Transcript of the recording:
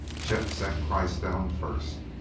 chet sent kreiss down first,